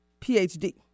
PhD